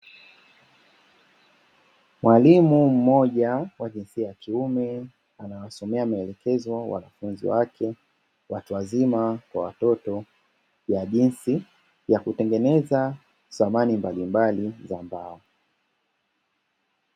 Mwalimu mmoja wa jinsia ya kiume anawasomea maelekezo wanafunzi wake. Watu wazima kwa watoto wa jinsi ya kutengeneza samani mbalimbali za mbao.